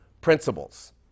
principles